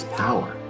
power